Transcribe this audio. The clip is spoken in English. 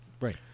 Right